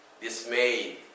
dismayed